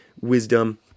wisdom